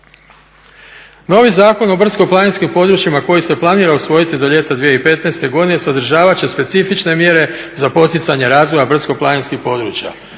Novi Zakon o brdsko-planinskim područjima koji se planira usvojiti do ljeta 2015. godine sadržavat će specifične mjere za poticanje razvoja brdsko-planinskih područja.